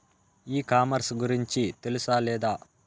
ఈ కామర్స్ గురించి తెలుసా లేదా?